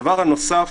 הדבר הנוסף,